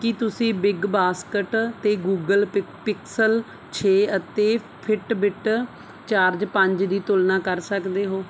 ਕੀ ਤੁਸੀਂ ਬਿਗਬਾਸਕਟ 'ਤੇ Google pick Pixel ਛੇ ਅਤੇ ਫਿਟਬਿਟ ਚਾਰਜ ਪੰਜ ਦੀ ਤੁਲਨਾ ਕਰ ਸਕਦੇ ਹੋ